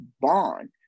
bond